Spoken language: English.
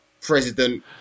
president